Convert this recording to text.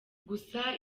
gusa